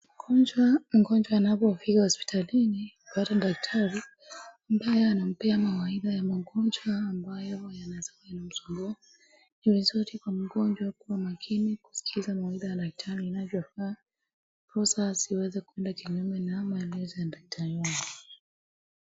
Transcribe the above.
Mgonjwa anapofika hospitalini kupata daktari ambaye anampea mawaidha ya magonjwa ambayo yanaweza kuwa yanamsumbua. Ni vizuri kwa mgonjwa kuwa makini kuskiza mawaidha inavyofaa ndiposa asiweze kuenda kinyume na maelezo ya daktari wake.